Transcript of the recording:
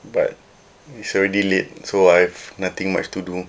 but it's already late so I've nothing much to do